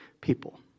people